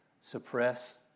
suppress